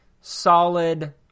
solid